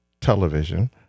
television